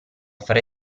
fare